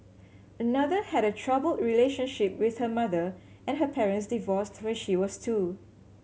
another had a troubled relationship with her mother and her parents divorced when she was two